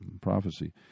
prophecy